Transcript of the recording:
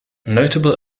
notable